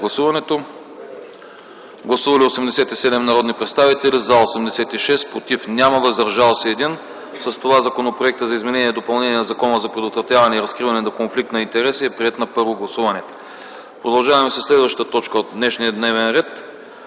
Гласували 87 народни представители: за 86, против няма, въздържал се 1. С това Законопроектът за изменение и допълнение на Закона за предотвратяване и разкриване на конфликт на интереси е приет на първо гласуване. Продължаваме със следващата точка от днешния дневен ред: